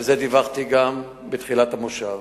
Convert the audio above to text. על זה דיווחתי גם בתחילת המושב.